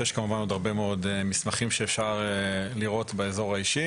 שיש כמובן עוד הרבה מאוד מסמכים שאפשר לראות באזור האישי